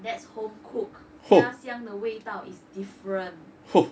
that's home cook 家乡的味道 is different